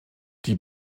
die